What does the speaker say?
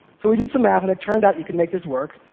so we did some math, and it turned out you could make this work,